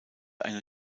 eine